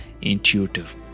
intuitive